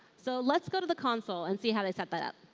so let's go to the console and see how they set that up.